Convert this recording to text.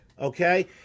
Okay